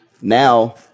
now